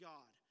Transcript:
God